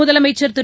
முதலமைச்சர் திரு